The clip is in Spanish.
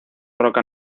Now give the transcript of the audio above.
roca